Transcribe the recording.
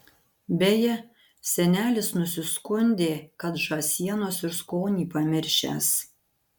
beje senelis nusiskundė kad žąsienos ir skonį pamiršęs